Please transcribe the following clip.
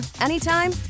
anytime